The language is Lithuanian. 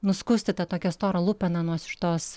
nuskusti tą tokią storą lupeną nuo šitos